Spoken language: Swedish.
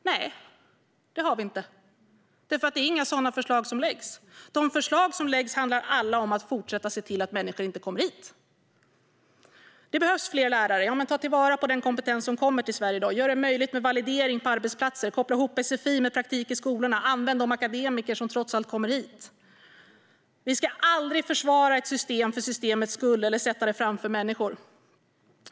Nej, det har vi inte, för det är inga sådana förslag som läggs fram. De förslag som läggs fram handlar alla om att fortsätta se till att människor inte kommer hit. Det behövs fler lärare. Ja, men ta då vara på den kompetens som kommer till Sverige! Gör det möjligt med validering på arbetsplatser! Koppla ihop sfi med praktik i skolorna! Använd de akademiker som trots allt kommer hit! Vi ska aldrig försvara ett system för systemets skull eller sätta det framför människor.